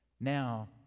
Now